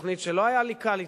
תוכנית שלא היה לי קל אתה,